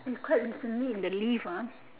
he cried it to me in the lift ah